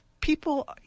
People